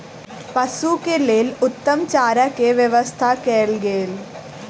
पशु के लेल उत्तम चारा के व्यवस्था कयल गेल